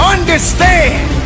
Understand